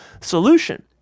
solution